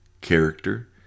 character